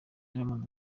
diamond